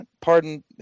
pardon